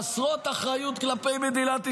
חסרות אחריות כלפי מדינת ישראל",